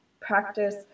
practice